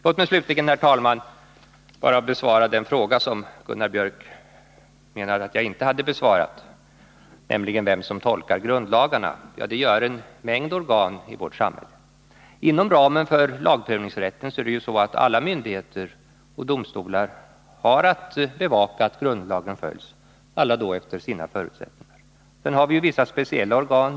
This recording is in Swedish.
Låt mig, herr talman, också besvara den fråga som Gunnar Biörck menar 103 att jag inte har besvarat, nämligen frågan om vem som tolkar grundlagarna. Det gör en mängd organ i vårt samhälle. Inom ramen för lagprövningsrätten har alla myndigheter och domstolar att efter sina förutsättningar bevaka att grundlagen följs. Sedan har vi vissa speciella organ.